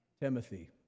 Timothy